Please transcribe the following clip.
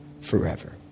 forever